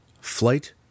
FLIGHT